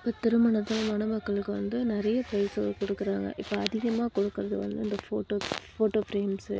இப்போ திருமணத்தால் மணமக்களுக்கு வந்து நிறைய பரிசுகள் கொடுக்குறாங்க இப்போ அதிகமாக கொடுக்கிறது வந்து அந்த ஃபோட்டோ ஃபோட்டோ ஃபிரேம்ஸ்